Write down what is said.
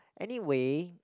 anyway